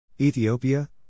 Ethiopia